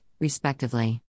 respectively